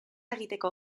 egiteko